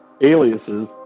aliases